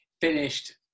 finished